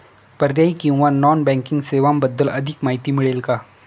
पर्यायी किंवा non banking सेवांबद्दल अधिक माहिती मिळेल का?